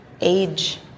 Age